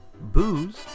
booze